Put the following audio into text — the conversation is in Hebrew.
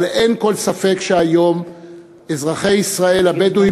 אבל אין כל ספק שהיום אזרחי ישראל הבדואים